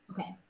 Okay